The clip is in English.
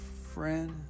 friend